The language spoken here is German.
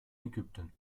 ägypten